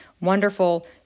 wonderful